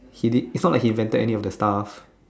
he did is not like he rented any of the stuff